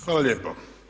Hvala lijepo.